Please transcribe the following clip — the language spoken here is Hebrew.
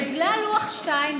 בגלל לוח 2,